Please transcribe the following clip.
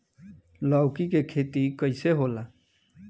लौकी के खेती कइसे होला?